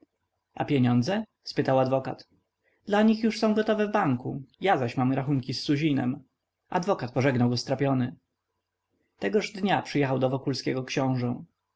a pieniądze spytał adwokat dla nich już są gotowe w banku ja zaś mam rachunki z suzinem adwokat pożegnał go strapiony tegoż dnia przyjechał do wokulskiego książe